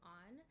on